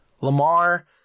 Lamar